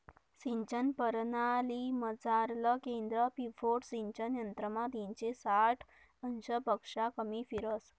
सिंचन परणालीमझारलं केंद्र पिव्होट सिंचन यंत्रमा तीनशे साठ अंशपक्शा कमी फिरस